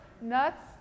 nuts